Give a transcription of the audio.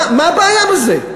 מה הבעיה בזה?